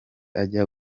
ajya